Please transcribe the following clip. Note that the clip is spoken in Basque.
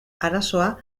arazoa